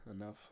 enough